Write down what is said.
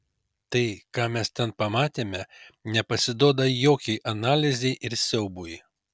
tai ką mes ten pamatėme nepasiduoda jokiai analizei ir siaubui